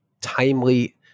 timely